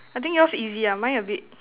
I think yours easy ah mine a bit